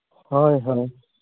ᱦᱳᱭ ᱦᱳᱭ